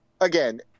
again